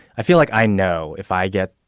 i feel like i know if i get